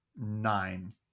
nine